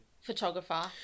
photographer